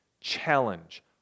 challenge